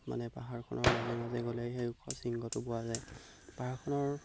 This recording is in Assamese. মানে পাহাৰখনৰ মাজে মাজে গ'লে সেই ওখ শৃংগটো পোৱা যায় পাহাৰখনৰ